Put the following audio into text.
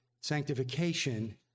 sanctification